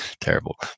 terrible